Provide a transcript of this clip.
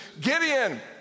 Gideon